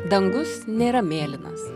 dangus nėra mėlynas